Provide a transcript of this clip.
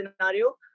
scenario